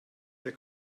der